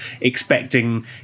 expecting